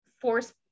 force